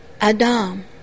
Adam